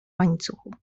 łańcuchu